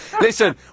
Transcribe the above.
Listen